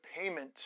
payment